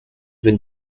been